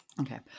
Okay